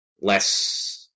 less